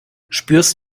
spürst